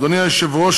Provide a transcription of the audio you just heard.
אדוני היושב-ראש,